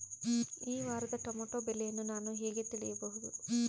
ಈ ವಾರದ ಟೊಮೆಟೊ ಬೆಲೆಯನ್ನು ನಾನು ಹೇಗೆ ತಿಳಿಯಬಹುದು?